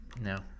no